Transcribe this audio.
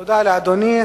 תודה לאדוני.